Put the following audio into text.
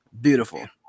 Beautiful